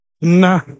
Nah